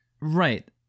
Right